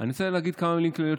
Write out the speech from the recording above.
אני רוצה להגיד כמה מילים כלליות,